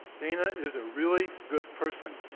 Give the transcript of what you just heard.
dana is a really good person.